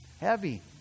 Heavy